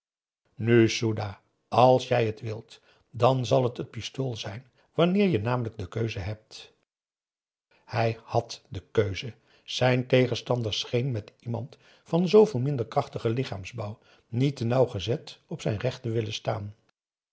nu soedah als jij het wilt dan zal het t pistool zijn wanneer je namelijk de keuze hebt hij had de keuze zijn tegenstander scheen met iemand van zooveel minder krachtigen lichaamsbouw niet te nauwgezet op zijn recht te willen staan